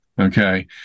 okay